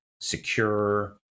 secure